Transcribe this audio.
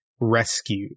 rescued